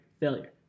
Failure